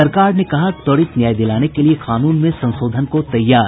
सरकार ने कहा त्वरित न्याय दिलाने के लिए कानून में संशोधन को तैयार